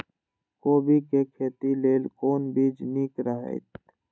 कोबी के खेती लेल कोन बीज निक रहैत?